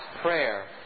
prayer